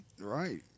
Right